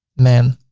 men.